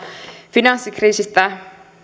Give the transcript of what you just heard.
finanssikriisistä